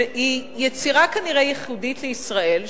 שהיא יצירה כנראה ייחודית לישראל,